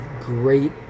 great